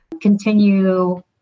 continue